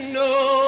no